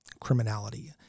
criminality